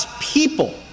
people